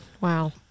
Wow